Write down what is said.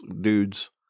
dudes